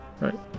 right